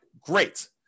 great